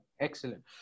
excellent